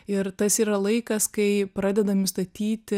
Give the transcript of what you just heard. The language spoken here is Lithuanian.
ir tas yra laikas kai pradedami statyti